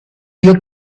you